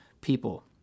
people